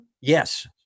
Yes